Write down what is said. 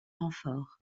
renfort